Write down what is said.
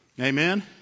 Amen